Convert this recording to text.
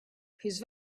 whose